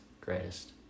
Greatest